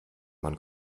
man